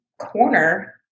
corner